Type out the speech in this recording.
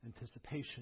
anticipation